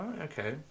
okay